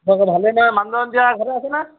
মানুহজন এতিয়া ঘৰতে আছেনে